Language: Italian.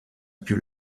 più